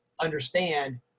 understand